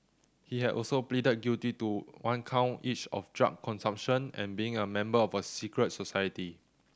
he has also pleaded guilty to one count each of drug consumption and being a member of a secret society